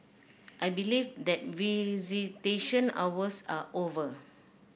I believe that visitation